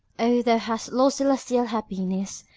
o, thou hast lost celestial happiness,